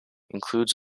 includes